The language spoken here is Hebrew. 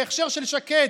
בהכשר של שקד,